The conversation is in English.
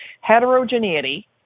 Heterogeneity